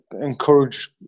encourage